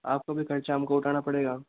आपका भी खर्चा हमको उठाना पड़ेगा